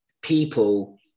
people